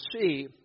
see